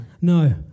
no